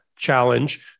challenge